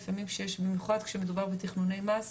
במיוחד כשמדובר בתכנוני מס,